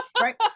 right